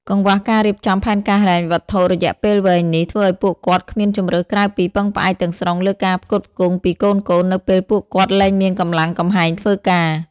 កង្វះការរៀបចំផែនការហិរញ្ញវត្ថុរយៈពេលវែងនេះ ធ្វើឱ្យពួកគាត់គ្មានជម្រើសក្រៅពីពឹងផ្អែកទាំងស្រុងលើការផ្គត់ផ្គង់ពីកូនៗនៅពេលពួកគាត់លែងមានកម្លាំងកំហែងធ្វើការ។